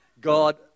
God